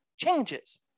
changes